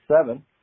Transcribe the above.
seven